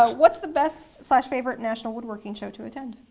what's the best favorite national woodworking show to attend?